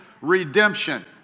redemption